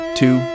two